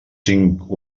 cinc